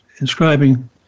inscribing